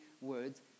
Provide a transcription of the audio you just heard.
words